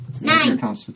Nine